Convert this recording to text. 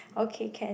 okay can